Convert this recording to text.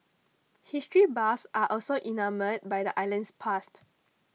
history buffs are also enamoured by the island's past